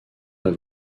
pas